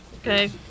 Okay